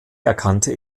erkannte